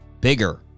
bigger